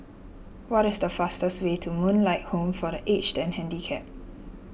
what is the fastest way to Moonlight Home for the Aged and Handicapped